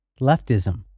Leftism